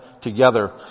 together